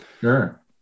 sure